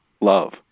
love